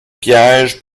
piège